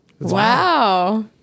Wow